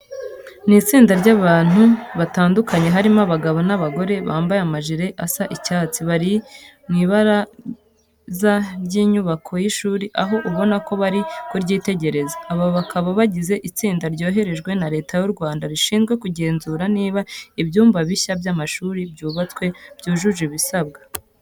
Ni itsinda ry'abantu batandukanye harimo abagabo n'abagore, bambaye amajire asa icyatsi, bari mu ibaraza ry'inyubako y'ishuri aho ubona ko bari kuryitegereza. Aba bakaba bagize itsinda ryoherejwe na Leta y'u Rwanda rishinzwe kugenzura niba ibyumba bishya by'amashuri byubatswe byujuje ibisabwa.